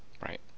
right